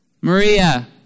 Maria